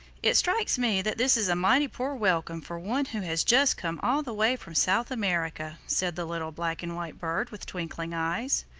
it strikes me that this is a mighty poor welcome for one who has just come all the way from south america, said the little black and white bird with twinkling eyes.